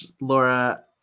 Laura